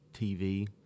TV